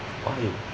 why